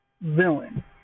villain